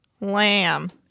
lamb